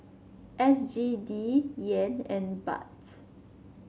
S G D Yen and Baht